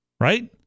Right